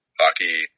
hockey